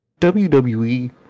WWE